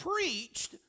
preached